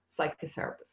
Psychotherapist